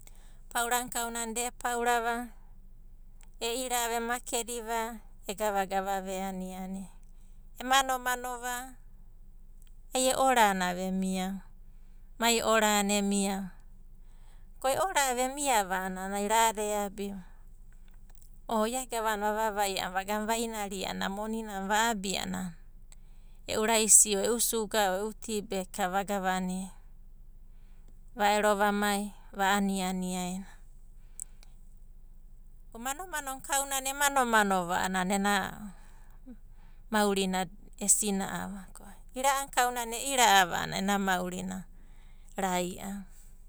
Paurana kauna da epaurava e'ira'ava emakedi va egavagava va e aniani va. E manomano va ai e'orana emiava, mai orana emiava, ko e ora emiava a'ana ai rada eabiva, o ia gavana vavaia a'ana vaga vainaria a'ana monina va'abia a'ana e'u raisi o sugs o e'u tibeg ks vagavania, va'ero vamai va'aniani. Manomano na kauna e manomano a'anana ena maurina e sina'ava, ko ira'ana kaunana e'ira'ava a'ana ena maurina raia.